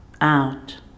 out